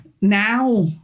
Now